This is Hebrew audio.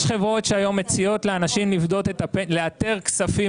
יש חברות שהיום מציעות לאנשים לאתר כספים